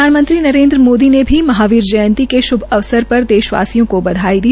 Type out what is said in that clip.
प्रधानमंत्री नरेन्द्र मोदी ने महावीर जयंती के श्भ अवसर पर देश वासियों को बधाई दी